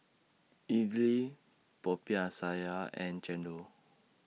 Idly Popiah Sayur and Chendol